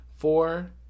Four